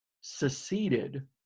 seceded